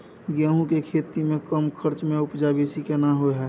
गेहूं के खेती में कम खर्च में उपजा बेसी केना होय है?